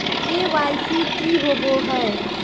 KYC की हॉबे हय?